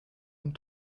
and